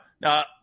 Now